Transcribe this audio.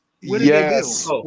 Yes